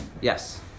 Yes